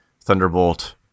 Thunderbolt